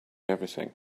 everything